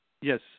Yes